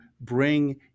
bring